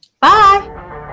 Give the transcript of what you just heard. Bye